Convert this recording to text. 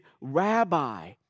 rabbi